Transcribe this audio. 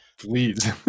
Please